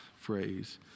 phrase